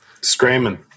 screaming